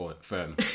firm